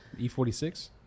e46